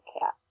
cats